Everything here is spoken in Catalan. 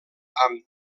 amb